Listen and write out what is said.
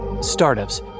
Startups